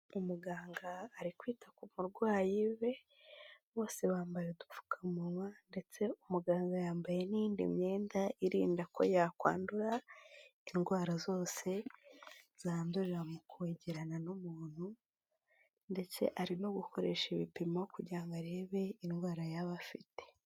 Umuganga ari kwita ku barwayi be bose bambaye udupfukamunwa ndetse umuganga yambaye n'iyindi myenda irinda ko yakwandura indwara zose zandurira mu kwegerana n'umuntu, ndetse arimo gukoresha ibipimo kugira ngo arebe indwara yaba afite.